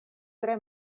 tre